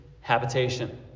habitation